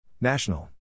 National